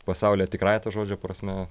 pasaulyje tikrąja to žodžio prasme